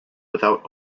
without